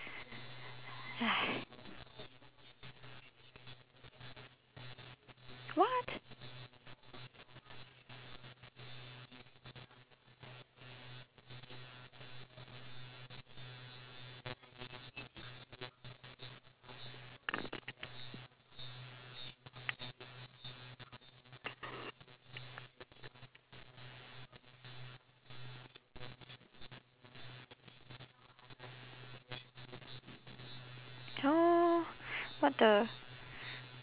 !hais! what !huh! what the